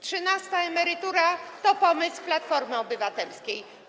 Trzynasta emerytura to pomysł Platformy Obywatelskiej.